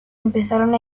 empezaron